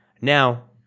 Now